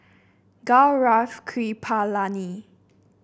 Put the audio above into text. Gaurav Kripalani